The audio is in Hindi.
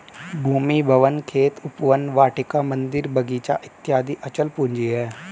भूमि, भवन, खेत, उपवन, वाटिका, मन्दिर, बगीचा इत्यादि अचल पूंजी है